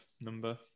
number